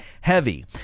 heavy